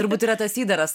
turbūt yra tas įdaras